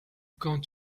come